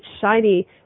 shiny